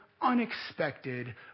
unexpected